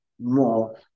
more